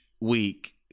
week